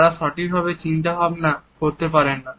তারা সঠিকভাবে চিন্তা ভাবনা করতে পারেন না